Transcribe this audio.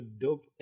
dope